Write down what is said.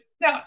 now